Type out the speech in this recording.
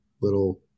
little